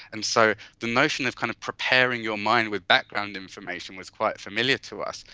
and so the notion of kind of preparing your mind with background information was quite familiar to us.